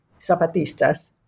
Zapatistas